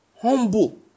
Humble